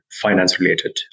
finance-related